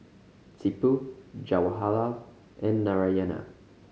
Tipu Jawaharlal and Narayana